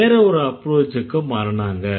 வேற ஒரு அப்ரோச்சுக்கு மாறுனாங்க